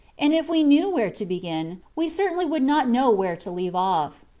and if we knew where to begin, we certainly would not know where to leave off.